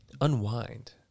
Unwind